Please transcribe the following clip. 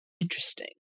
interesting